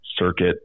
circuit